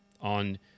on